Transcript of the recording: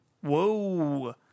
Whoa